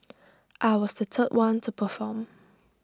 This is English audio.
I was the third one to perform